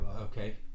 Okay